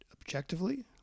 objectively